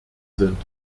sind